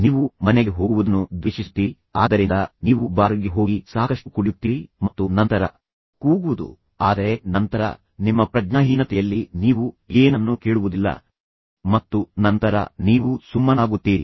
ನೀವು ಮನೆಗೆ ಹೋಗುವುದನ್ನು ದ್ವೇಷಿಸುತ್ತೀರಿ ಆದ್ದರಿಂದ ನೀವು ಬಾರ್ ಗೆ ಹೋಗಿ ಸಾಕಷ್ಟು ಕುಡಿಯುತ್ತೀರಿ ಮತ್ತು ನಂತರ ಮನೆಗೆ ಹೋಗಿ ನಂತರ ಇತರರ ಮೇಲೆ ಕೂಗುವುದು ಆದರೆ ನಂತರ ನಿಮ್ಮ ಪ್ರಜ್ಞಾಹೀನತೆಯಲ್ಲಿ ನೀವು ಏನನ್ನೂ ಕೇಳುವುದಿಲ್ಲ ಮತ್ತು ನಂತರ ನೀವು ಸುಮ್ಮನಾಗುತ್ತೀರಿ